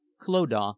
clodagh